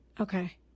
Okay